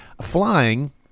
flying